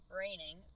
raining